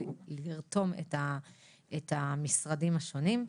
ולרתום את המשרדים השונים.